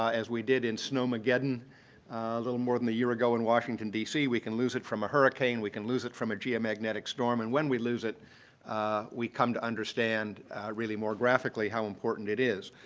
as we did in snowmageddon a little more than a year ago in washington, d c, we can lose it from a hurricane, we can lose it from a geomagnetic storm, and when we lose it we come to understand really more graphically how important it is.